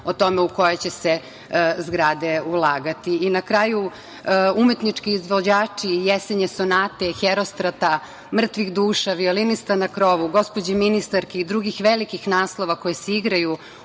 o tome u koje će se zgrade ulagati. Na kraju, umetnički izvođači „Jesenje sonate“, „Herostata“, „Mrtvih duša“, „Violinista na krovu“, „Gospođe ministarke“ i drugih velikih naslova koji se igraju